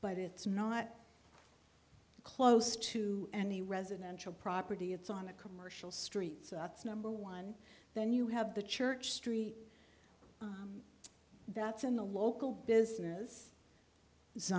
but it's not close to any residential property it's on a commercial street so that's number one then you have the church street that's in the local business